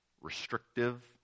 restrictive